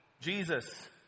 Jesus